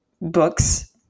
books